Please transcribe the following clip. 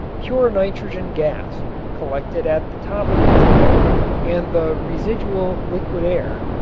pure nitrogen gas collected at the top of the tower and the residual liquid air,